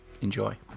Enjoy